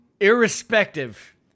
Irrespective